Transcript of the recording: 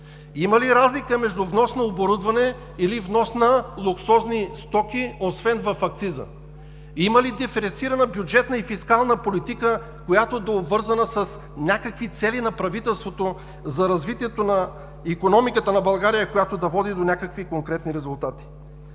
Има ли разлика между внос на оборудване или внос на луксозни стоки, освен в акциза? Има ли диференцирана бюджетна и фискална политика, която да е обвързана с някакви цели на правителството за развитието на икономиката на България, която да води до някакви конкретни резултати?